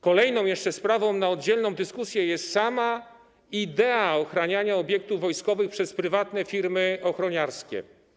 Kolejną sprawą na oddzielną dyskusję jest jeszcze sama idea ochraniania obiektów wojskowych przez prywatne firmy ochroniarskie.